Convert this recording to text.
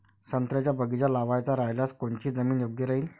संत्र्याचा बगीचा लावायचा रायल्यास कोनची जमीन योग्य राहीन?